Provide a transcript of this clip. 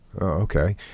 Okay